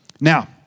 Now